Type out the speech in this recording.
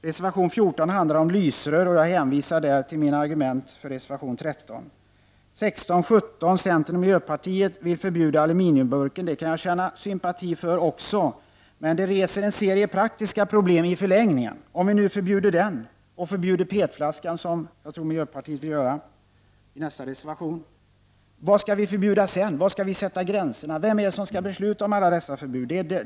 Reservation 14 handlar om lysrör. Jag hänvisar där till mina argument beträffande reservation 13. Centern och miljöpartiet vill i reservationerna 16 och 17 förbjuda aluminiumburken. Det kan också jag känna sympati för, men det reser en serie praktiska problem i förlängningen. Om vi nu förbjuder den och förbjuder PET-flaskan, som miljöpartiet vill göra — det framförs i nästa reservation — vad skall vi då förbjuda sedan? Var skall vi sätta gränserna? Vem är det som skall besluta om alla dessa förbud?